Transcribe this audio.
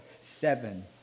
seven